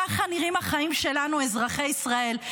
ככה נראים החיים שלנו אזרחי ישראל.